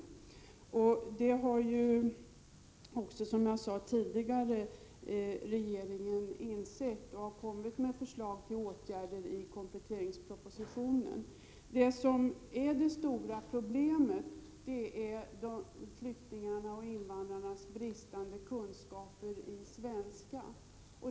Regeringen har också, som jag sade tidigare, insett detta och har lagt fram förslag till åtgärder i kompletteringspropositionen. Det stora problemet är flyktingarnas och invandrarnas bristande kunskaper i svenska.